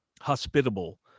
hospitable